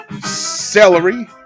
Celery